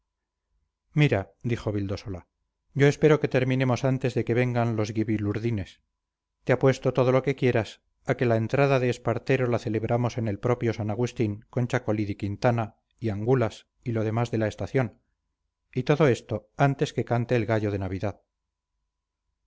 mira dijo vildósola yo espero que terminemos antes de que vengan los guibilurdines te apuesto todo lo que quieras a que la entrada de espartero la celebramos en el propio san agustín con chacolí de quintana y angulas y lo demás de la estación y todo esto antes que cante el gallo de navidad